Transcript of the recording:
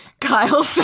Kyle